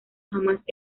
jamás